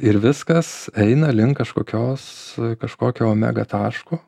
ir viskas eina link kažkokios kažkokio omega taško